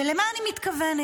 ולמה אני מתכוונת?